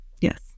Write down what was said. Yes